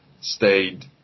stayed